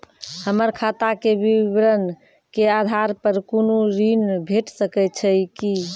हमर खाता के विवरण के आधार प कुनू ऋण भेट सकै छै की?